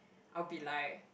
I'll be like